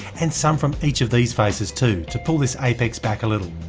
and some from each of these faces too, to pull this apex back a little.